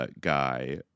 guy